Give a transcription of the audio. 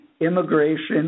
immigration